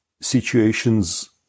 situations